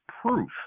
proof